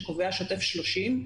שקובע שוטף 30,